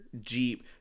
Jeep